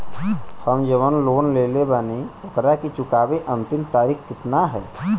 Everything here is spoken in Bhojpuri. हम जवन लोन लेले बानी ओकरा के चुकावे अंतिम तारीख कितना हैं?